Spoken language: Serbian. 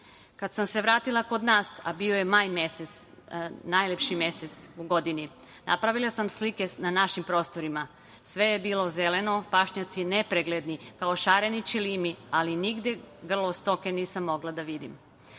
Kada sam se vratila kod nas, a bio je maj mesec, najlepši mesec u godini, napravila sam slike naših prostora, sve je bilo zeleno, pašnjaci nepregledni, kao šareni ćilimi, ali nigde grlo stoke nisam mogla da vidim.